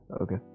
Okay